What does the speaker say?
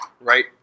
right